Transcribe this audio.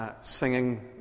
singing